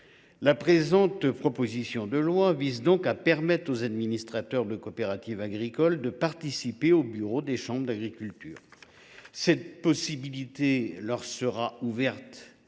la présente proposition de loi prévoit de permettre aux administrateurs de coopératives agricoles de participer aux bureaux des chambres d’agriculture. Cette possibilité leur sera ouverte